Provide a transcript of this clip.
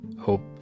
hope